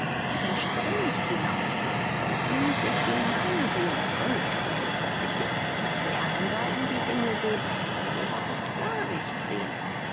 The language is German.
der mensch soll nicht hinaus er soll in sich hineinsehn er soll nicht klug und vorsichtig als lernender in die dinge sehn er soll überhaupt gar nicht sehn